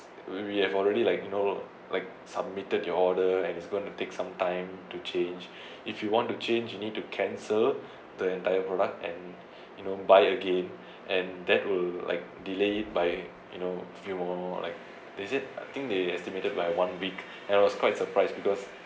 we we have already like you know like submitted your order and it's going to take some time to change if you want to change you need to cancel the entire product and you know buy again and that will like delayed by you know few more like they said I think they estimated by one week and I was quite surprised because